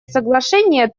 соглашения